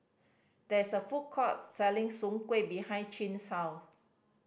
there is a food court selling Soon Kuih behind Chin's house